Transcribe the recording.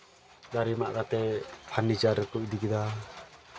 ᱫᱟᱨᱮ ᱢᱟᱜ ᱠᱟᱛᱮ ᱯᱷᱟᱨᱱᱤᱪᱟᱨ ᱨᱮᱠᱚ ᱤᱫᱤ ᱠᱮᱫᱟ